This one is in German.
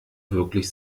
wirklich